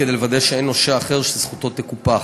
כדי לוודא שאין נושה אחר שזכותו תקופח.